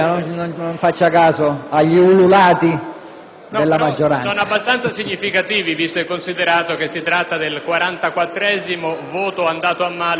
Sono abbastanza significativi, visto e considerato che si tratta del 44° voto andato a male per istituire una Commissione di rilevanza costituzionale.